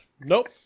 Nope